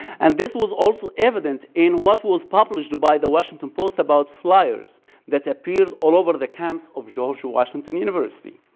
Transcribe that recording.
and this was also evident in what was published by the washington post about fliers that appeared all over the campus of george washington university.